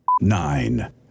nine